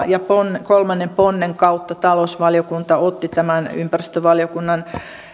ja kolmannen ponnen kautta talousvaliokunta otti huomioon tämän ympäristövaliokunnan